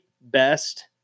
best